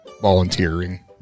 volunteering